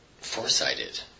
foresighted